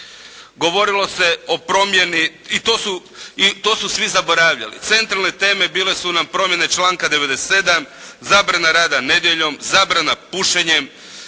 Govorilo se o promjeni i to su svi zaboravljali. Centralne teme bile su nam promjene članka 97., zabrana rada nedjeljom, zabrana pušenjem,